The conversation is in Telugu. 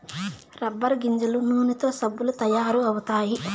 రబ్బర్ గింజల నూనెతో సబ్బులు తయారు అవుతాయి